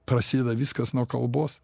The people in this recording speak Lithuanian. prasideda viskas nuo kalbos